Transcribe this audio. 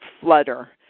flutter